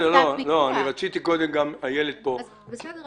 אני איילת רזין בית-אור,